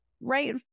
right